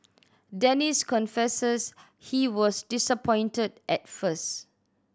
Dennis confesses he was disappointed at first